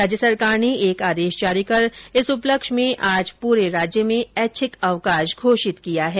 राज्य सरकार ने एक आदेश जारी कर इस उपलक्ष में आज पूरे राज्य में ऐच्छिक अवकाश घोषित किया है